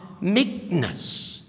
meekness